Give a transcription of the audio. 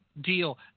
deal